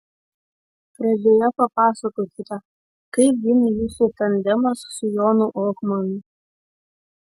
pradžioje papasakokite kaip gimė jūsų tandemas su jonu ohmanu